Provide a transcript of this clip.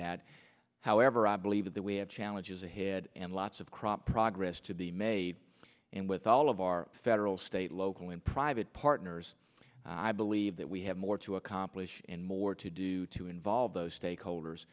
that however i believe that we have challenges ahead and lots of crop progress to be made and with all of our federal state local and private partners i believe that we have more to accomplish and more to do to involve those stakeholders